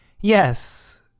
Yes